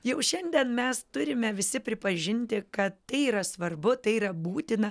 jau šiandien mes turime visi pripažinti kad tai yra svarbu tai yra būtina